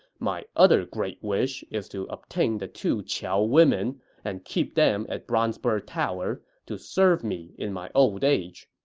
my other great wish is to obtain the two qiao women and keep them at bronze bird tower to serve me in my old age.